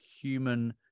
human